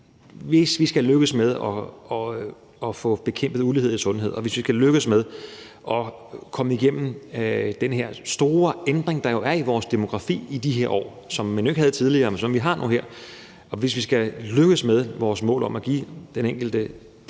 Hvis vi skal lykkes med at få bekæmpet uligheden i sundhed, hvis vi skal lykkes med at komme igennem den store ændring, der jo er i vores demografi i de her år, og som man jo ikke havde tidligere, men som vi har nu her, og hvis vi skal lykkes med vores mål om at give den enkelte